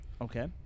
Okay